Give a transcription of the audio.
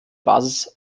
basis